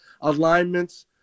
alignments